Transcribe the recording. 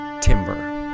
Timber